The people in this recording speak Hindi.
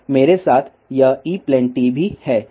मेरे साथ यह ई प्लेन टी भी है